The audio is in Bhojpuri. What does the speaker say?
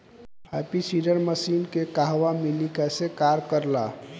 हैप्पी सीडर मसीन के कहवा मिली कैसे कार कर ला?